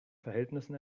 verhältnissen